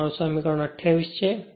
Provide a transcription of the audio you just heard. આ મારું સમીકરણ 28 છે